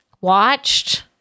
watched